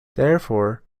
therefore